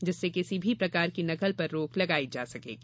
जिससे किसी भी प्रकार की नकल पर रोक लगाई जा सकेगी